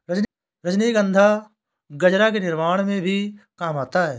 रजनीगंधा गजरा के निर्माण में भी काम आता है